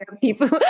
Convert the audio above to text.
people